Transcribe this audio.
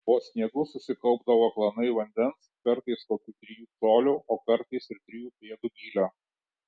po sniegu susikaupdavo klanai vandens kartais kokių trijų colių o kartais ir trijų pėdų gylio